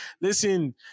listen